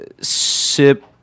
sip